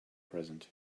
present